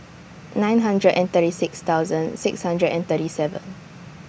nine hundred and thirty six thousand six hundred and thirty seven